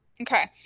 okay